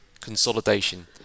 Consolidation